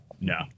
No